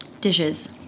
Dishes